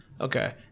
okay